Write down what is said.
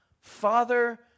father